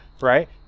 Right